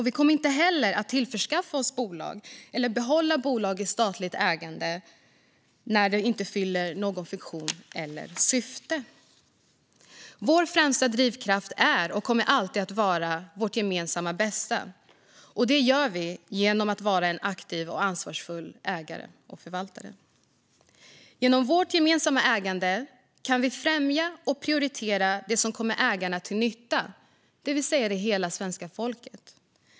Vi kommer inte heller att tillförskaffa oss bolag eller behålla bolag i statligt ägande när detta inte fyller någon funktion eller något syfte. Vår främsta drivkraft är och kommer alltid att vara vårt gemensamma bästa. Detta säkrar vi genom att vara en aktiv och ansvarsfull ägare och förvaltare. Genom vårt gemensamma ägande kan vi främja och prioritera det som är till nytta för ägarna, det vill säga hela det svenska folket.